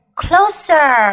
closer